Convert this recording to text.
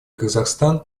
казахстан